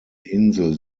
insel